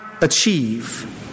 achieve